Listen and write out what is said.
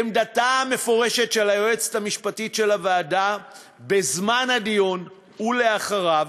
עמדתה המפורשת של היועצת המשפטית של הוועדה בזמן הדיון ולאחריו